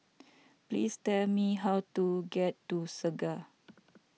please tell me how to get to Segar